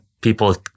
people